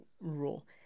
rule